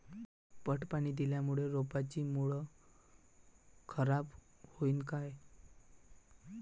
पट पाणी दिल्यामूळे रोपाची मुळ खराब होतीन काय?